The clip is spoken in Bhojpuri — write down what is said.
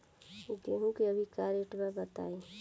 गेहूं के अभी का रेट बा बताई?